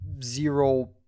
zero